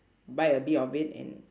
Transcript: bite a bit of it and